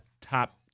top